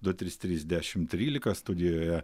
du trys trys dešimt trylika studijoje